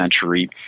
century